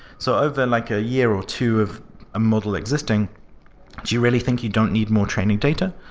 so over like a year or two of a model existing, do you really think you don't need more training data?